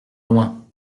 loin